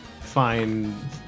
find